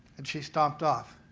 and she stomped off.